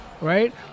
right